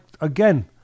again